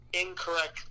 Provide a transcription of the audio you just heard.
incorrect